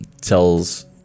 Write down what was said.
tells